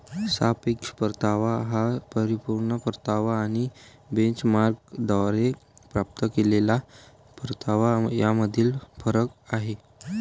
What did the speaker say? सापेक्ष परतावा हा परिपूर्ण परतावा आणि बेंचमार्कद्वारे प्राप्त केलेला परतावा यामधील फरक आहे